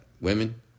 Women